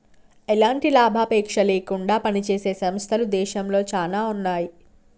ఎలాంటి లాభాపేక్ష లేకుండా పనిజేసే సంస్థలు దేశంలో చానా ఉన్నాయి